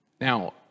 Now